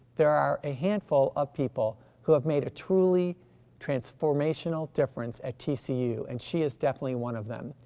there are a handful of people who have made a truly transformational difference at tcu and she is definitely one of them.